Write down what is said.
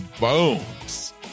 bones